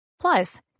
Plus